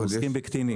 עוסקים בקטינים.